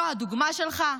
זו הדוגמה שלך?